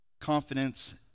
confidence